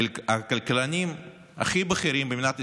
הכלכלנים הכי בכירים במדינת ישראל,